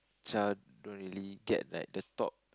child don't really get like the top